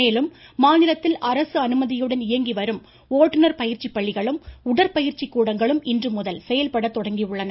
மேலும் மாநிலத்தில் அரசு அனுமதியுடன் இயங்கி வரும் ஓட்டுநர் பயிற்சி பள்ளிகளும் உடற்பயிற்சி கூடங்களும் இன்று முதல் செயல்பட தொடங்கியுள்ளன